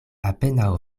apenaŭ